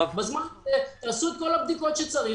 בזמן הזה תעשו את הבדיקות שצריך,